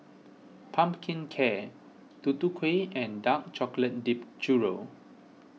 Pumpkin Cake Tutu Kueh and Dark Chocolate Dipped Churro